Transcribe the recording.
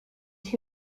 who